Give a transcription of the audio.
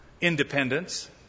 independence